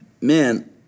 man